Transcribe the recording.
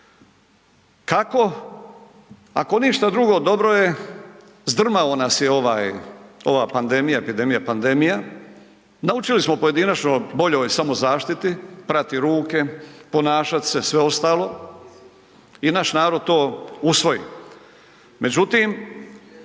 Kako? Ako ništa drugo dobro je, zdrmao nas je ovaj, ova pandemija, epidemija, pandemija, naučili smo pojedinačno o boljoj samozaštiti, prati ruke, ponašat se, sve ostalo i naš narod to usvoji.